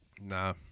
Nah